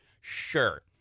Sure